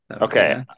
okay